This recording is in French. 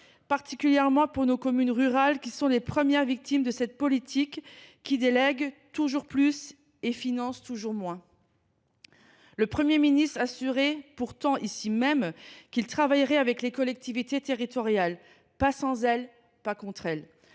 particulièrement pour nos communes rurales, qui sont les premières victimes de cette politique consistant à déléguer toujours plus et financer toujours moins. Le Premier ministre assurait pourtant, ici même, qu’il travaillerait avec les collectivités territoriales :« pas sans elles, pas contre elles